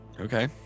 Okay